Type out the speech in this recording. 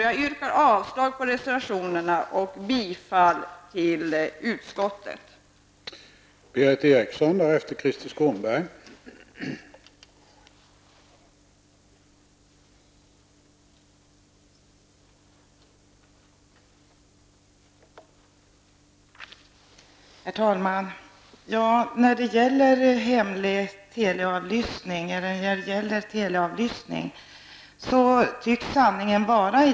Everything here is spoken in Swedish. Jag yrkar avslag på reservationerna och bifall till utskottets hemställan.